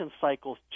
cycles